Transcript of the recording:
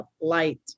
light